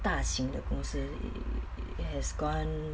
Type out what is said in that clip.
大型的公司 has gone